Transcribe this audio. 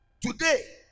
Today